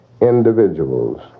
individuals